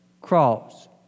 cross